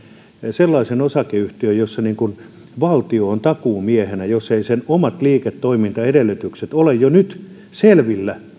sellaisen osakeyhtiön jossa valtio on takuumiehenä jos eivät sen omat liiketoimintaedellytykset ole jo nyt selvillä